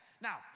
Now